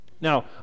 Now